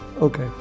okay